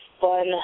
fun